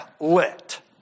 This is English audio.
lit